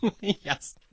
Yes